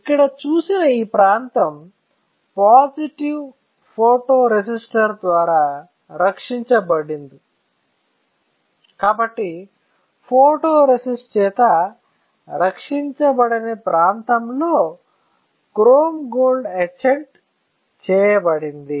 ఇక్కడ చూసిన ఈ ప్రాంతం పాజిటివ్ ఫోటోరేసిస్టర్ ద్వారా రక్షించబడదు కాబట్టి ఫోటోరేసిస్ట్ చేత రక్షించబడని ప్రాంతం లో క్రోమ్ గోల్డ్ ఎచాంట్ చేయబడింది